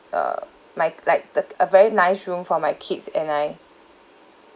uh my like the a very nice room for my kids and I